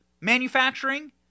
manufacturing